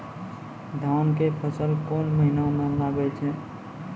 धान के फसल कोन महिना म लागे छै?